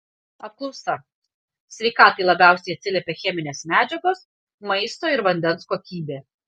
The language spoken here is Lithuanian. apklausa sveikatai labiausiai atsiliepia cheminės medžiagos maisto ir vandens kokybė